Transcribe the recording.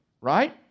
right